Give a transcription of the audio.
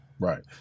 right